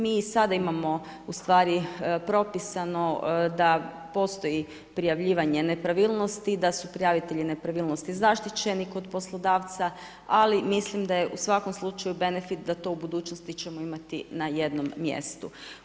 Mi i sada imamo u stvari propisano, da postoji prijavljivanje nepravilnosti, da su prijavitelji nepravilnosti zaštićeni kod poslodavca, ali mislim da je u svakom slučaju benefit, da to u budućnosti ćemo imati na jednom mjestu.